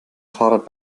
fahrrad